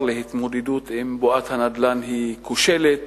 להתמודדות עם בועת הנדל"ן היא כושלת